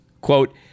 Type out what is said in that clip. quote